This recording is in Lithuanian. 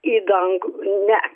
į dangų ne